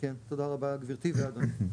כן תודה רבה גברתי ואדוני.